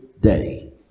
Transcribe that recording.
day